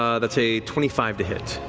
ah that's a twenty five to hit.